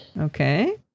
Okay